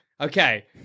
Okay